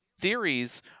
theories